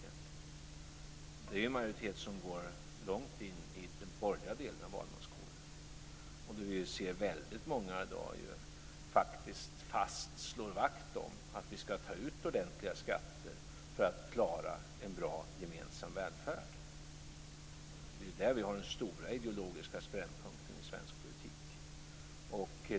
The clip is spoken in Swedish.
Det är en majoritet som går långt in i den borgerliga delen av valmanskåren. Vi ser många som i dag slår vakt om att ta ut ordentliga skatter för att klara en bra gemensam välfärd. Det är där vi har den stora ideologiska spännpunkten i svensk politik.